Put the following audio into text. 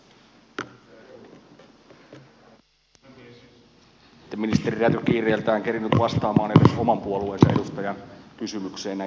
ministeri räty ei kiireeltään kerinnyt vastaamaan edes oman puolueensa edustajan kysymykseen näistä vanhempainvapaakustannuksista